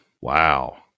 Wow